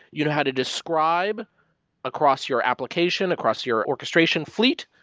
you how to describe across your application, across your orchestration fleet,